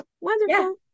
Wonderful